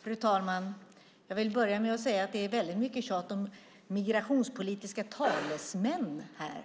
Fru talman! Jag vill börja med att säga att det är väldigt mycket tjat om migrationspolitiska talesmän här,